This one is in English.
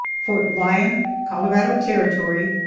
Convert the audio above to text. fort lyon, colorado territory,